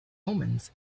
omens